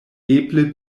eble